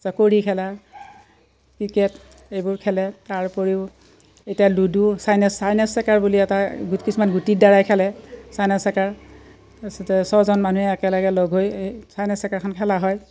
চাকোৰি খেলা ক্ৰিকেট এইবোৰ খেলে তাৰ উপৰিও এতিয়া লুডু চাইনিছ চাইনিছ চেকাৰ বুলি এটা কিছুমান গুটিৰ দ্বাৰাই খেলে চাইনিছ চেকাৰ তাৰছতে ছজন মানুহে একেলগে লগ হৈ এই চাইনিছ চেকাৰখন খেলা হয়